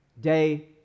day